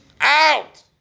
Out